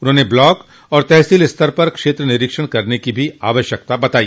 उन्होंने ब्लॉक और तहसील स्तर पर क्षेत्र निरीक्षण करने की भी आवश्यकता बताई